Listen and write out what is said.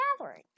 Gathering